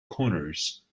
corners